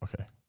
Okay